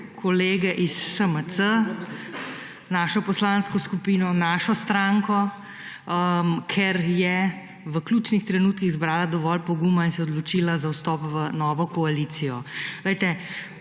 kolege iz SMC, našo poslansko skupino, našo stranko, ker je v ključnih trenutkih izbrala dovolj poguma in se odločila za vstop v novo koalicijo.